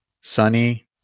sunny